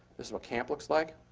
this is what camp looks like.